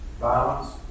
violence